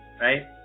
right